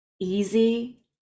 easy